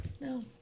no